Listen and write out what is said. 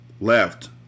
Left